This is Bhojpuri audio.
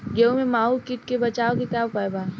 गेहूँ में माहुं किट से बचाव के का उपाय बा?